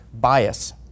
bias